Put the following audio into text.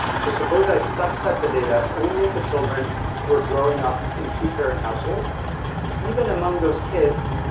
so suppose i subset the data only to children who are growing up in two-parent households even among those kids,